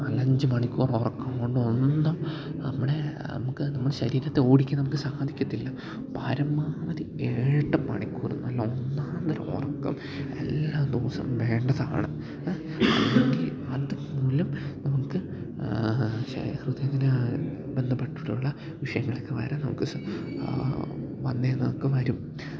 നാല് അഞ്ച് മണിക്കൂർ ഉറക്കം കൊണ്ടൊന്നും നമ്മുടെ നമ്മൾക്ക് നമ്മടെ ശരീരത്തെ ഓടിക്കാൻ നമുക്ക് സാധിക്കത്തില്ല പരമാവധി ഏഴ് എട്ട് മണിക്കൂർ നല്ല ഒന്നാം തരം ഉറക്കം എല്ലാ ദിവസം വേണ്ടതാണ് അല്ലെങ്കിൽ അത് എങ്കിലും നമുക്ക് ഹൃദയത്തിന് ബന്ധപ്പെട്ടിട്ടുള്ള വിഷയങ്ങളൊക്കെ വരെ നമുക്ക് വന്നു എന്നൊക്കെ വരും